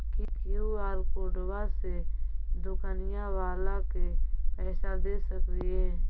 QR कोडबा से दुकनिया बाला के पैसा दे सक्रिय?